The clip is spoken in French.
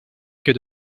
que